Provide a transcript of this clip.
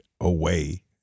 away